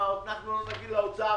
מה התפקיד שלך?